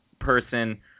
person